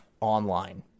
Online